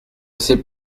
sais